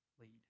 lead